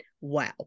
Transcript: wow